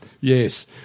Yes